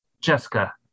Jessica